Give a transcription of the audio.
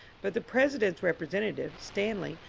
but the president's representative, stanley,